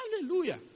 Hallelujah